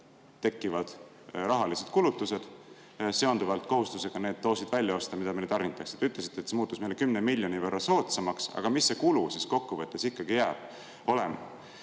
tekkivad rahalised kulutused seonduvalt kohustusega need doosid välja osta, mida meile tarnitakse. Te ütlesite, et see muutus meile 10 miljoni võrra soodsamaks, aga mis see kulu kokkuvõttes ikkagi jääb?